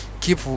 keep